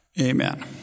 Amen